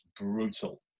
brutal